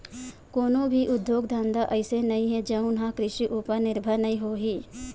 कोनो भी उद्योग धंधा अइसे नइ हे जउन ह कृषि उपर निरभर नइ होही